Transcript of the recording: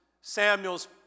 Samuel's